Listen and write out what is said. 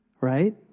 right